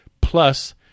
Plus